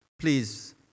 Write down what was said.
please